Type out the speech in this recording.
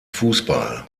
fußball